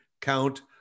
count